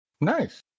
Nice